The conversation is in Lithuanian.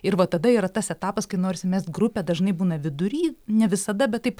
ir va tada yra tas etapas kai nors mes grupė dažnai būna vidury ne visada bet taip